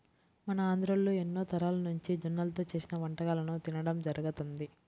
మన ఆంధ్రోల్లు ఎన్నో తరాలనుంచి జొన్నల్తో చేసిన వంటకాలను తినడం జరుగతంది